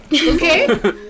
Okay